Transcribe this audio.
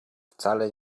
wcale